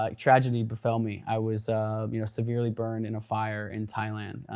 like tragedy befell me. i was you know severely burned in a fire in thailand.